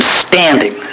standing